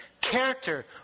Character